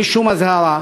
בלי שום אזהרה,